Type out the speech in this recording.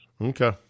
Okay